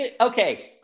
Okay